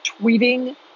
tweeting